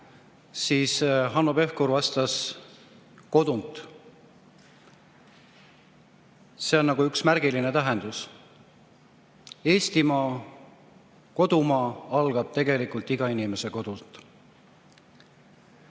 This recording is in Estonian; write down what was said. siis Hanno Pevkur vastas: "Kodunt." Sellel on märgiline tähendus. Eestimaa, kodumaa algab tegelikult iga inimese kodunt.